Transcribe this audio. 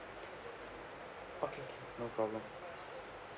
okay can no problem